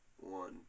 one